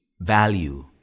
value